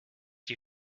die